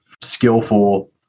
skillful